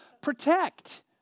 protect